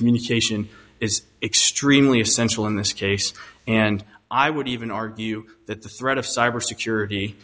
communication is extremely essential in this case and i would even argue that the threat of cyber security